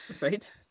Right